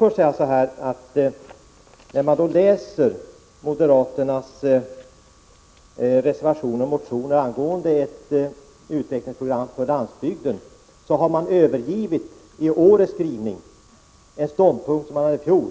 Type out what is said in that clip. har i sina motioner och sin reservation i år angående ett utvecklingsprogram för landsbygden övergivit en ståndpunkt som de framförde i fjol.